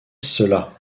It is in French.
cela